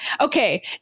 Okay